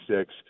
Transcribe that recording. six